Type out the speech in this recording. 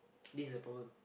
this is the problem